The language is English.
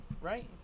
Right